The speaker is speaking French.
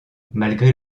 malgré